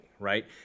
Right